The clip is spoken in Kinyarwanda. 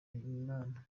imana